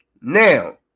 Now